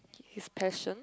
his passion